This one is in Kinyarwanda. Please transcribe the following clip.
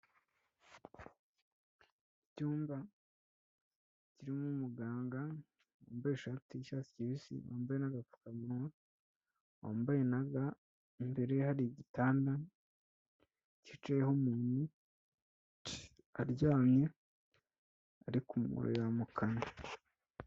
Icyumba kirimo umuganga wambaye ishati y'icyatsi kibisi, wambaye n'agapfukamunwa, wambaye na ga, imbere hari igitanda cyicayeho umuntu aryamye ari kumureba mu kanwa.